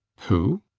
who?